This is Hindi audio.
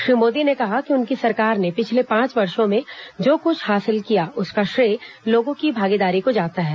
श्री मोदी ने कहा कि उनकी सरकार ने पिछले पांच वर्षो में जो कुछ हासिल किया उसका श्रेय लोगों की भागीदारी को जाता है